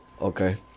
okay